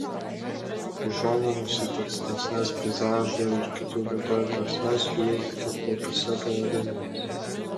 užuominos į tikslesnes peizažų ir kitų vietovių prasmes glūdi tik taupiuose pavadinimuose